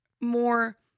more